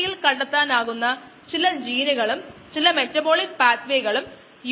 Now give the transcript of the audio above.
Ks നെക്കാൾ വളരെ കൂടുതലാണ് സബ്സ്ട്രേറ്റ് സാന്ദ്രത അതാണ് നമ്മൾ ആദ്യം നോക്കുന്ന അവസ്ഥ